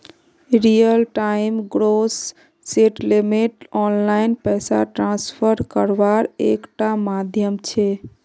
real time gross settlement online पैसा transfer कारवार एक टा माध्यम छे